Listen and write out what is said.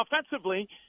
offensively